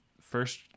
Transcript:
first